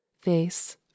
face